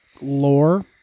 lore